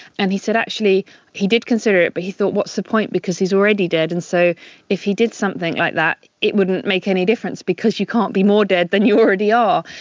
and he said actually he did consider it, but he thought, what's the point? because he's already dead, and so if he did something like that it wouldn't make any difference, because you can't be more dead than you already are.